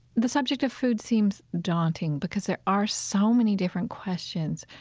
the subject of food seems daunting because there are so many different questions,